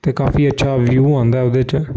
ते काफी अच्छा व्यू आंदा ऐ ओह्दे च